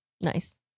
nice